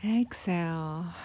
exhale